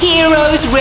Heroes